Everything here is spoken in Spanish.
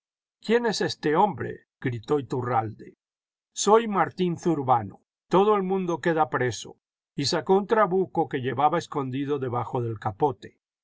guién es este hombre gritó iturralde i soy martín zurbano todo el mundo queda preso y sacó un trabuco que llevaba escondido debajo del capote